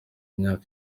myaka